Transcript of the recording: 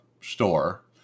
store